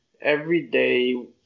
everyday